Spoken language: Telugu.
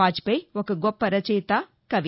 వాజ్పేయి ఒక గొప్ప రచయిత కవి